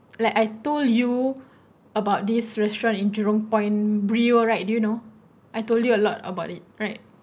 like I told you about this restaurant in Jurong point brio right do you know I told you a lot about it right